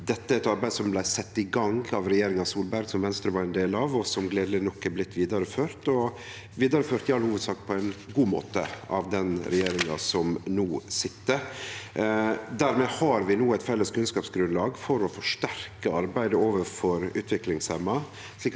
Dette er eit arbeid som blei sett i gang av regjeringa Solberg, som Venstre var ein del av, og som gledeleg nok er blitt vidareført i all hovudsak på ein god måte av den regjeringa som no sit. Dermed har vi no eit felles kunnskapsgrunnlag for å forsterke arbeidet overfor utviklingshemma